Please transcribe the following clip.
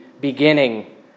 beginning